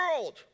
world